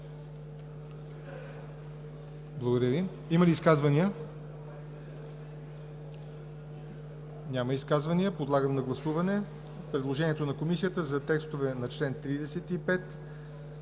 Благодаря Ви. Има ли изказвания? Няма. Подлагам на гласуване предложението на Комисията за текстовете на чл. 35,